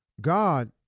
God